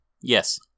Yes